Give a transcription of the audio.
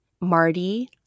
marty